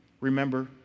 Remember